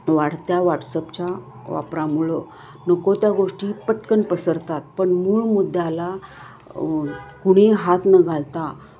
वाढत्या वॉट्सअपच्या वापरामुळं नको त्या गोष्टी पटकन पसरतात पण मूळ मुद्द्याला कुणीही हात न घालता